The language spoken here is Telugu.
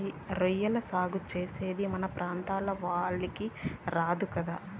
రొయ్యల సాగు చేసేది మన ప్రాంతం వాళ్లకి రాదు కదా